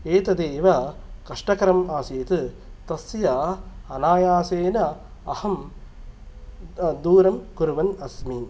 एतदेव कष्टकरम् आसीत् तस्य अनायासेन अहं दूरं कुर्वन् अस्मि